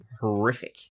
horrific